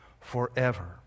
forever